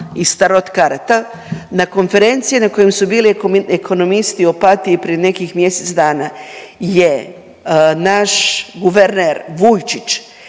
iz tarot karata, na konferenciji na kojoj su bili ekonomisti u Opatiji prije nekih mjesec dana je naš guverner Vujčić